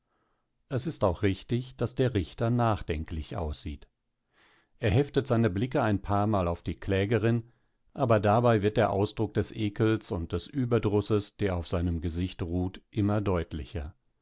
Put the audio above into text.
es ist auch richtig daß der richter nachdenklich aussieht er heftet seine blicke ein paarmal auf die klägerin aber dabei wird der ausdruck des ekels und des überdrusses der auf seinem gesicht ruht immer deutlicher